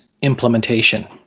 implementation